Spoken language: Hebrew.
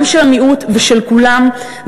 גם של המיעוט ושל כולם.